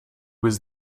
was